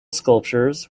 sculptures